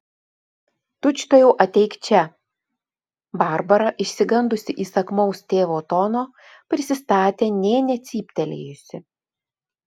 tučtuojau ateik čia barbara išsigandusi įsakmaus tėvo tono prisistatė nė necyptelėjusi